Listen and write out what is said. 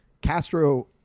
Castro